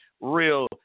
Real